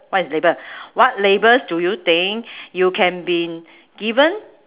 what is label what labels do you think you can been given